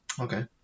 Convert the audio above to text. Okay